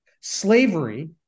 slavery